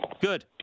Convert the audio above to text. Good